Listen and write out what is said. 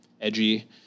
edgy